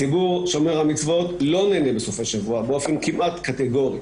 הציבור שומר המצוות לא נהנה בסופי שבוע באופן כמעט קטגורי.